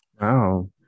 Wow